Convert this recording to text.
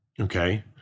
Okay